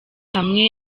hamwe